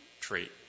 trait